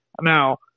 Now